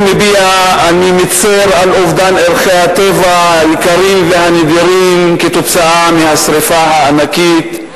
אני מצר על אובדן ערכי הטבע היקרים והנדירים כתוצאה מהשרפה הענקית,